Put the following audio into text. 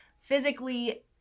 physically